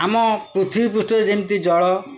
ଆମ ପୃଥିବୀ ପୃଷ୍ଠରେ ଯେମିତି ଜଳ